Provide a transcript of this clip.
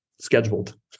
scheduled